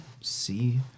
see